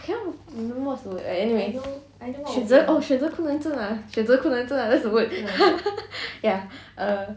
I cannot remember what's the word anyway 选择困难症 ah 选择困难症选择困难症 ah that's the word